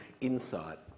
insight